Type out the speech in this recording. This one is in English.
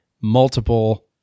multiple